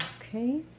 Okay